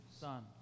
Son